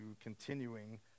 continuing